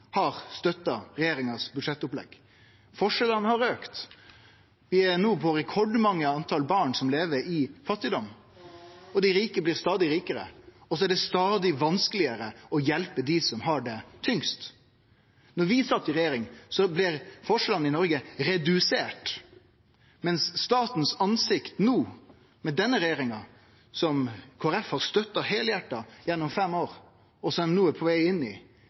har støtta budsjettopplegga til regjeringa? Forskjellane har auka. Vi har no eit rekordhøgt tal barn som lever i fattigdom, dei rike blir stadig rikare, og det er stadig vanskelegare å hjelpe dei som har det tyngst. Da vi sat i regjering, blei forskjellane i Noreg reduserte, mens statens ansikt no, med denne regjeringa – som Kristeleg Folkeparti har støtta heilhjarta no gjennom fem år, og som dei no er på veg inn i